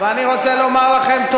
אתה מאמין,